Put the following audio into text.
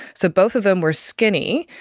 so both of them were skinny,